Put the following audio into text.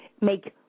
make